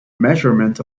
measurement